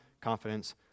confidence